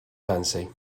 fancy